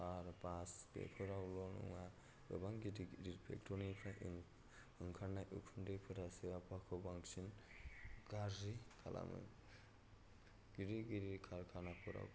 car bus बेफोरावल' नङा गोबां गिदिर गिदिर फेक्ट'रिनिफ्राय ओंखारनाय उखुन्दैफोरासो आबहावाखौ बांसिन गाज्रि खालामो गिदिर गिदिर खारखानाफोराव